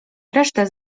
resztę